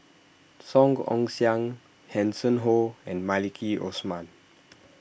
Song Ong Siang Hanson Ho and Maliki Osman